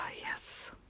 Yes